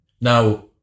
Now